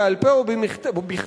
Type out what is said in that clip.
בעל-פה או בכתב,